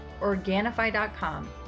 Organifi.com